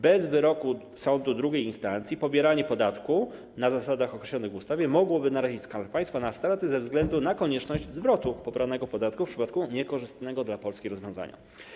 Bez wyroku sądu II instancji pobieranie podatku na zasadach określonych w ustawie mogłoby narazić Skarb Państwa na straty ze względu na konieczność zwrotu pobranego podatku w przypadku niekorzystnego dla Polski rozwiązania.